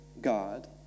God